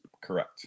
correct